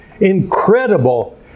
incredible